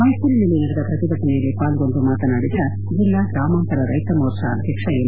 ಮೈಸೂರಿನಲ್ಲಿ ನಡೆದ ಪ್ರತಿಭಟನೆಯಲ್ಲಿ ಪಾಲ್ಗೊಂಡು ಮಾತನಾಡಿದ ಜಿಲ್ಲಾ ಗ್ರಾಮಾಂತರ ರೈತ ಮೋರ್ಚಾ ಅಧ್ಯಕ್ಷ ಎಂ